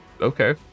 Okay